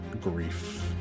grief